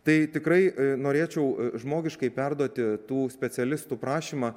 tai tikrai norėčiau žmogiškai perduoti tų specialistų prašymą